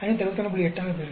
8 ஆக பெறுவேன்